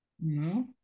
No